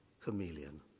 chameleon